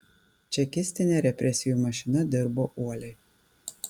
čekistinė represijų mašina dirbo uoliai